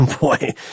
Boy